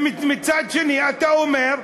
ומצד שני אתה אומר: